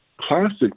classic